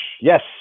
Yes